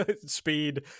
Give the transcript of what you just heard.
speed